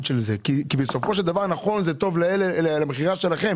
של זה כי בסופו של דבר נכון שזה טוב למכירה שלכם